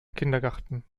kindergarten